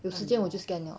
有时间我就 scan liao